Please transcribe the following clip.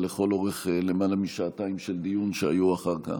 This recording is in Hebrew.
לכל האורך של למעלה משעתיים של דיון שהיה אחר כך.